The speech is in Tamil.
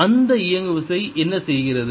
அந்த இயங்குவிசை என்ன செய்கிறது